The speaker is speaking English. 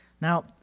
Now